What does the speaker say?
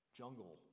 jungle